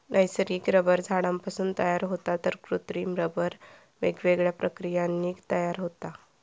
नैसर्गिक रबर झाडांपासून तयार होता तर कृत्रिम रबर वेगवेगळ्या प्रक्रियांनी तयार होता